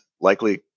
likely